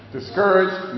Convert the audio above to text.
Discouraged